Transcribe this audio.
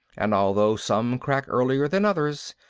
and although some crack earlier than others,